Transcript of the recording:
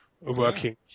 working